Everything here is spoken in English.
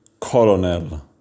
Colonel